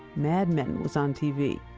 mad men was on tv,